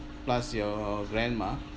plus your grandma